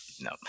no